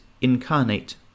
incarnate